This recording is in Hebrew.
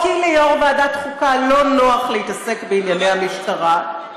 או כי ליו"ר ועדת החוקה לא נוח להתעסק בענייני המשטרה,